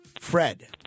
Fred